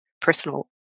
personal